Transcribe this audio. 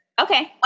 Okay